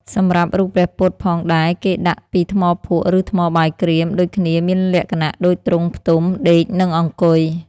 សម្រាប់រូបព្រះពុទ្ធផងដែរគេដាប់ពីថ្មភក់ឬថ្មបាយក្រៀមដូចគ្នាមានលក្ខណ:ដូចទ្រង់ផ្ទុំ ដេក និងអង្គុយ។